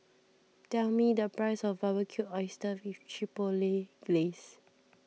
tell me the price of Barbecued Oysters with Chipotle Glaze